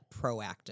proactive